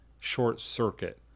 short-circuit